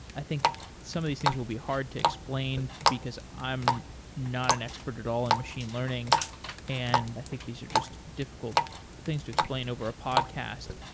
i think some of these things will be hard to explain because i am not an expert at all in machine learning and i think these are just difficult things to explain over a podcast,